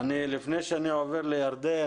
לפני שאני עובר לירדן,